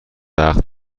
وقت